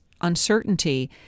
uncertainty